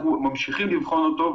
אנחנו ממשיכים לבחון אותו,